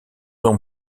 ans